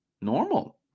normal